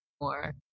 more